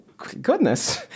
goodness